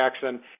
Jackson